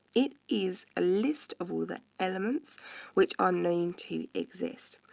it is a list of all the elements which are known to exist.